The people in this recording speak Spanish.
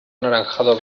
anaranjado